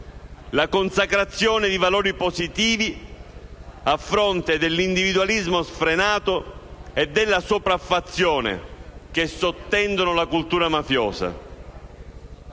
la consacrazione di valori positivi, a fronte dell'individualismo sfrenato e della sopraffazione che sottendono la cultura mafiosa.